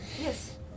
yes